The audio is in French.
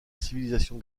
civilisation